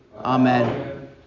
Amen